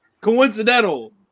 coincidental